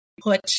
put